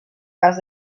cas